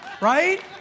Right